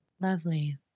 Lovely